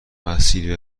اسیر